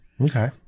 Okay